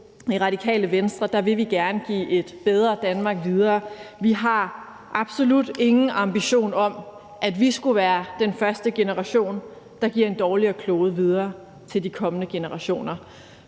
I Radikale Venstre vil vi gerne give et bedre Danmark videre. Vi har absolut ingen ambition om, at vi skulle være den første generation, der giver en dårligere klode videre til de kommende generationer.